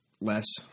less